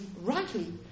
rightly